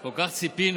כל כך ציפינו